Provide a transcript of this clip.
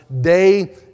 day